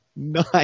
nice